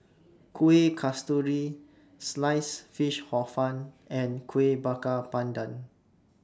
Kuih Kasturi Sliced Fish Hor Fun and Kuih Bakar Pandan